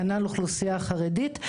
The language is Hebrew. כנ"ל לגבי האוכלוסייה החרדית.